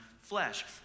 flesh